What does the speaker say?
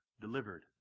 delivered